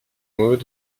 mots